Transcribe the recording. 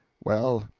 well,